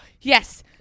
Yes